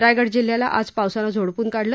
रायगड जिल्ह्याला आज पावसानं झोडपून काढलं